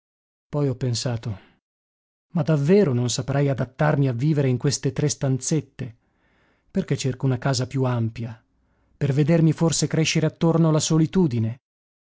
poi ho pensato ma davvero non saprei adattarmi a vivere in queste tre stanzette perchè cerco una casa più ampia per vedermi forse crescere attorno la solitudine